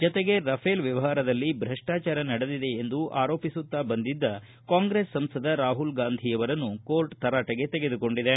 ಜತೆಗೆ ರಫೇಲ್ ವ್ವವಹಾರದಲ್ಲಿ ಭ್ರಷ್ಟಾಚಾರ ನಡೆದಿದೆ ಎಂದು ಆರೋಪಿಸುತ್ತಾ ಬಂದಿದ್ದ ಕಾಂಗ್ರೆಸ್ ಸಂಸದ ರಾಹುಲ್ ಗಾಂಧಿಯವರನ್ನು ಕೋರ್ಟ ತರಾಟೆಗೆ ತೆಗೆದುಕೊಂಡಿದೆ